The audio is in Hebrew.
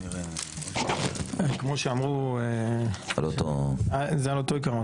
כמו שאמרו, זה על אותו עיקרון.